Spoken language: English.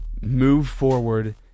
move-forward